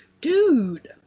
dude